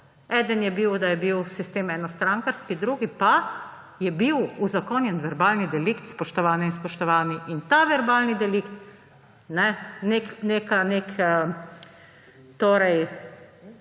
Eden je bil, da je bil sistem enostrankarski, drugi pa, da je bil uzakonjen verbalni delikt, spoštovane in spoštovani. Verbalni delikt, približek